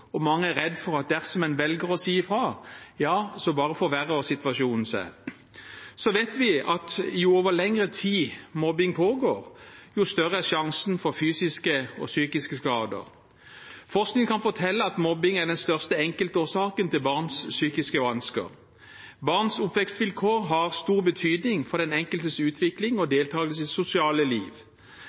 og mange er redde for at dersom en velger å si fra, vil situasjonen bare forverre seg. Vi vet at jo lenger mobbing pågår, jo større er sjansen for fysiske og psykiske skader. Forskning kan fortelle at mobbing er den største enkeltårsaken til barns psykiske vansker. Barns oppvekstvilkår har stor betydning for den enkeltes utvikling og deltakelse i det sosiale liv.